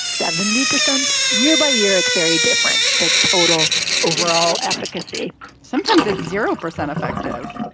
seventy percent year by year. it's very different. the total overall efficacy sometimes is zero percent effective,